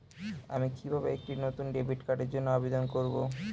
আমি কিভাবে একটি নতুন ডেবিট কার্ডের জন্য আবেদন করব?